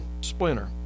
splinter